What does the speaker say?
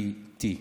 ChatGPT.